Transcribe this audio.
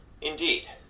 Indeed